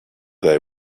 they